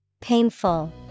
Painful